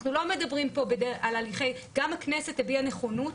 גם הכנסת הביעה נכונות,